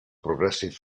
progressive